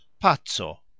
pazzo